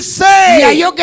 say